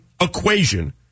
equation